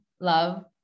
love